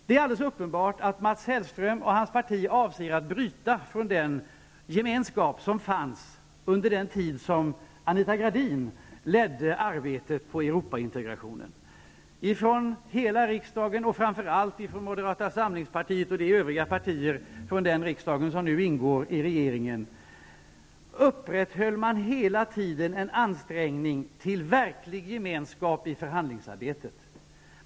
Det är alldeles uppenbart att Mats Hellström och hans parti avser att bryta den gemenskap som fanns under den tid som Anita Gradin ledde arbetet med Europaintegrationen. Från hela riksdagen, och framför allt från moderata samlingspartiet och de övriga partier från riksdagen som nu ingår i regeringen, upprätthöll man hela tiden en ansträngning till verklig gemenskap i förhandlingsarbetet.